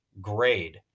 grade